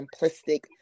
simplistic